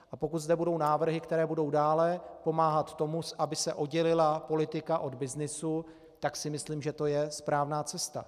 A pokud zde budou návrhy, které budou dále pomáhat tomu, aby se oddělila politika od byznysu, tak si myslím, že to je správná cesta.